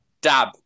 dab